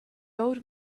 old